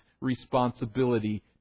responsibility